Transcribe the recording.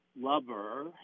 lover